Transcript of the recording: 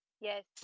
yes